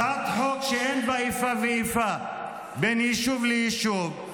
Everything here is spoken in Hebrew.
הצעת חוק שאין בה איפה ואיפה בין יישוב ליישוב,